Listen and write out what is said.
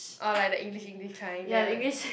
orh like the English English kind then after that